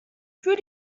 für